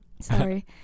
Sorry